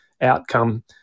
outcome